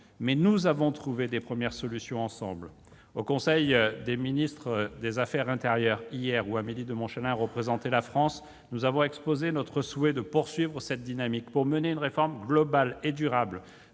mais nous avons trouvé des premières solutions ensemble. Au conseil des ministres « justice et affaires intérieures » d'hier, où Amélie de Montchalin représentait la France, nous avons exposé notre souhait de poursuivre cette dynamique pour mener une réforme globale et durable